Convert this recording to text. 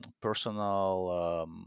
personal